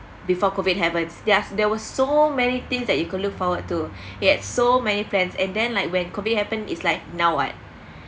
before COVID happened there's there was so many things that you could look forward to yet so many plans and then like when COVID happened it's like now what